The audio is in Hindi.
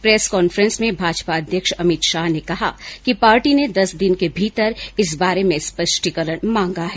प्रेस कांफेस में भाजपा अध्यक्ष अमित शाह ने कहा कि पार्टी ने दस दिन के भीतर इस बारे में स्पष्टीकरण मांगा है